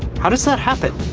how does that happen?